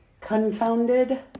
confounded